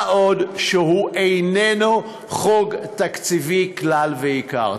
מה גם שהוא איננו חוק תקציבי כלל ועיקר.